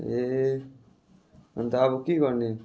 ए अन्त अब के गर्ने